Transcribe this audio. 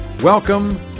Welcome